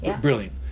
Brilliant